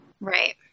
Right